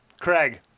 craig